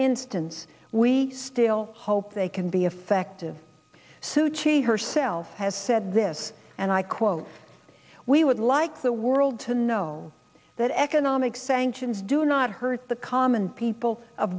instance we still hope they can be effective suchi herself has said this and i quote we would like the world to know that economic sanctions do not hurt the common people of